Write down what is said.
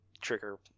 trigger